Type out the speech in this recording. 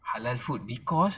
halal food because